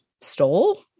stole